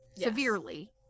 severely